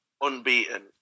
unbeaten